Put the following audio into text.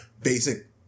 basic